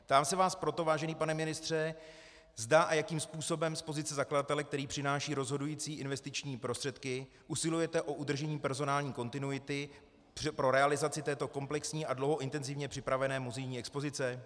Ptám se vás proto, vážený pane ministře, zda a jakým způsobem z pozice zakladatele, který přináší rozhodující investiční prostředky, usilujete o udržení personální kontinuity pro realizaci této komplexní a dlouho intenzivně připravované muzejní expozice.